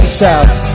shouts